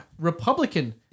Republican